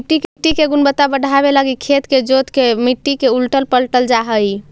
मट्टी के गुणवत्ता बढ़ाबे लागी खेत के जोत के मट्टी के उलटल पलटल जा हई